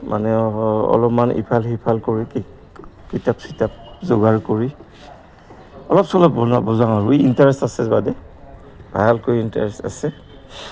মানে অলপমান ইফাল সিফাল কৰি কিতাপ চিতাপ যোগাৰ কৰি অলপ চলপ ব বজাওঁ আৰু ইণ্টাৰেষ্ট আছে ভালকৈ ইণ্টাৰেষ্ট আছে